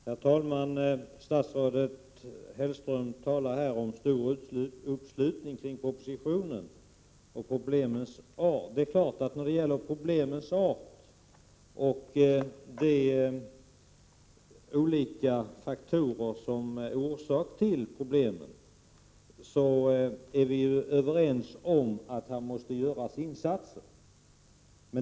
Herr talman! Statsrådet Hellström talade om den stora uppslutningen kring propositionen, och han talade om problemens art. Det är klart att vi är överens om att vi måste göra insatser med hänsyn till problemens art och omfattning.